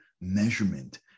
measurement